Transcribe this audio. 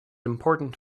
important